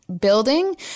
building